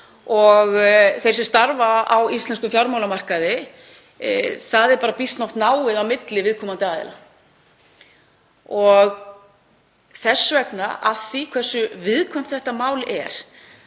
og þeir sem starfa á íslenskum fjármálamarkaði — það er bara býsna oft náið á milli viðkomandi aðila. Vegna þess hversu viðkvæmt þetta mál er